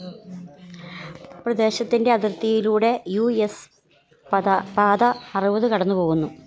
ഒരു ദേശത്തിന്റെ അതിർത്തിയിലൂടെ യു എസ് പാത അറുപത് കടന്നുപോകുന്നു